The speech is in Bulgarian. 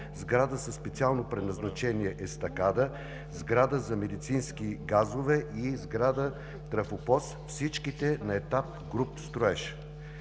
сграда със специално предназначение – естакада, сграда за медицински газове и сграда трафопост, всичките на етап груб строеж.